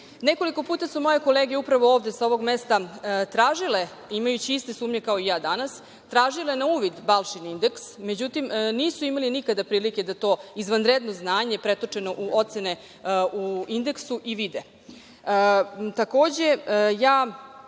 gde? Nekoliko puta su moje kolege upravo ovde sa ovog mesta tražile, imajući iste sumnje kao i ja danas, tražile na uvid Balšin indeks, međutim, nisu imali nikada prilike da to izvanredno znanje pretočeno u ocene u indeksu i vide.